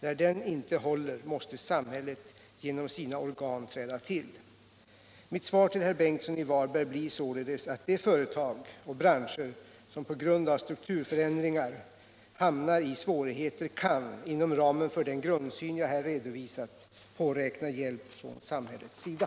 När den inte håller, måste samhället genom sina organ träda till. Mitt svar till herr Bengtsson i Varberg blir således att de företag och branscher som på grund av strukturförändringar hamnar i svårigheter kan — inom ramen för den grundsyn jag här redovisat — påräkna hjälp från samhällets sida.